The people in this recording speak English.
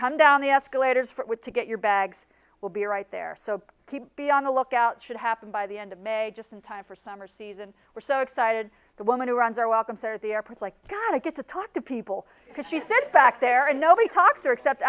come down the escalators for it would to get your bags will be right there so keep be on the lookout should happen by the end of may just in time for summer season we're so excited the woman who runs our welcome sir at the airport like can i get to talk to people because she said back there and nobody talks or except